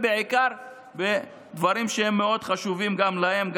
בעיקר מדברים שהם מאוד חשובים גם להם,